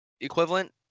equivalent